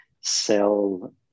sell –